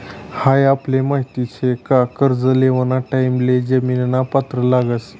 हाई आपले माहित शे का कर्ज लेवाना टाइम ले जामीन पत्र लागस